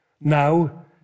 Now